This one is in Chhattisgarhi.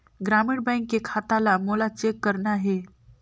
ग्रामीण बैंक के खाता ला मोला चेक करना हे?